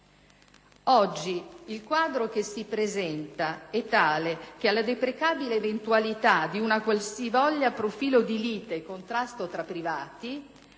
Oggi, il quadro che si presenta è tale che, nella deprecabile eventualità di un qualsivoglia profilo di lite e contrasto tra privati,